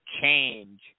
change